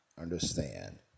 understand